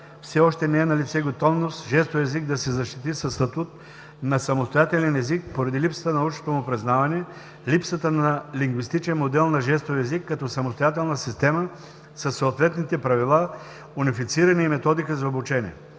все още не е налице готовност жестовият език да се защити със статут на самостоятелен език, поради липсата на научното му признаване, липсата на лингвистичен модел на жестовия език като самостоятелна система със съответните правила, унифициране и методика за обучение.